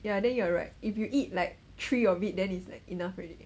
ya then you are right if you eat like three if it then is like enough already